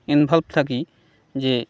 involved থাাকি যে